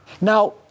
Now